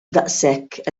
daqshekk